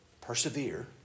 Persevere